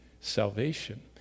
salvation